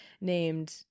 named